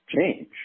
change